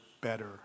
better